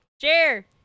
Share